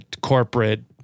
corporate